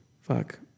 fuck